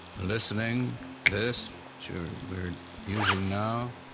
listening this to we're using now,